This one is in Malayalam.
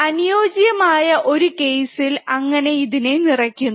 അനുയോജ്യമായ ഒരു കേസിൽ അങ്ങനെ ഇതിനെ നിറയ്ക്കുന്നു